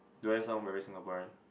do I sound very Singaporean